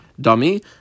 dummy